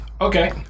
Okay